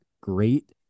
great